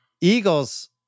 Eagles